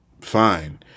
fine